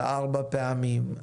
ארבע פעמים,